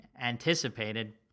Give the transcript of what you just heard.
anticipated